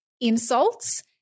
insults